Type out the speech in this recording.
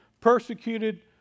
persecuted